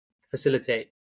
facilitate